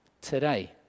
today